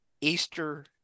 Easter